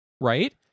right